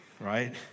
Right